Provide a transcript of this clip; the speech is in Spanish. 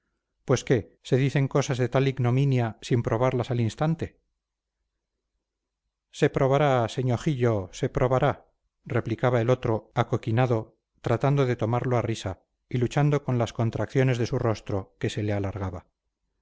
pues qué se dicen cosas de tal ignominia sin probarlas al instante se probará señó jiyo se probará replicaba el otro acoquinado tratando de tomarlo a risa y luchando con las contracciones de su rostro que se le alargaba